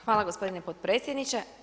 Hvala gospodine potpredsjedniče.